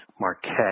Marquette